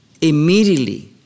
Immediately